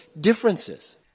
differences